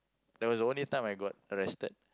that was the only time I got arrested